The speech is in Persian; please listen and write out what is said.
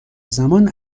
زمان